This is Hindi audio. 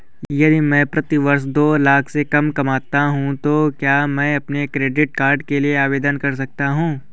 यदि मैं प्रति वर्ष दो लाख से कम कमाता हूँ तो क्या मैं क्रेडिट कार्ड के लिए आवेदन कर सकता हूँ?